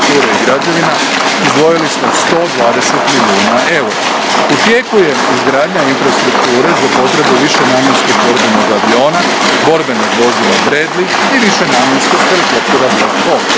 izdvojili smo 120 milijuna eura. U tijeku je izgradnja infrastrukture za potrebe višenamjenskog borbenog aviona, borbenog vozila Bradley i višenamjenskog helikoptera Black